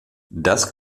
das